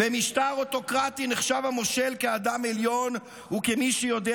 "במשטר אוטוקרטי נחשב המושל כאדם עליון וכמי שיודע,